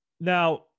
now